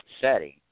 setting